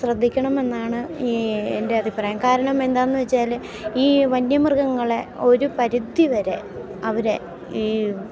ശ്രദ്ധിക്കണമെന്നാണ് ഈ എൻ്റെ അഭിപ്രായം കാരണം എന്താണെന്നു വെച്ചാൽ ഈ വന്യമൃഗങ്ങളെ ഒരു പരിധിവരെ അവരെ ഈ